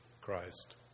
Christ